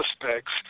suspects